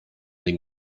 den